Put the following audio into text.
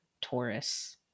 Taurus